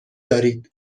دارید